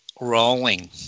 rolling